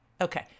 Okay